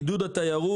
לגבי עידוד התיירות.